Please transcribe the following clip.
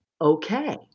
Okay